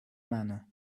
manner